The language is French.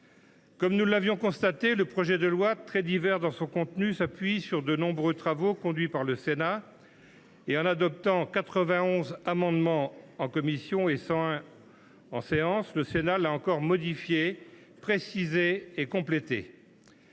Comme nous en avions fait le constat, le projet de loi, très diversifié dans son contenu, s’appuie sur de nombreux travaux conduits par le Sénat. En adoptant 91 amendements en commission et 101 en séance, la Haute Assemblée l’a encore modifié, précisé et complété.